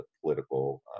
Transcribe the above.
political